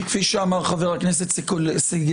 כי כפי שאמר חבר הכנסת סגלוביץ',